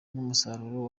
n’umusaruro